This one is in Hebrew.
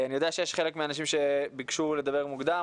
אני יודע שיש חלק מהאנשים שביקשו לדבר מוקדם,